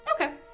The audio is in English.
Okay